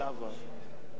השר לשעבר אדרי.